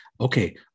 okay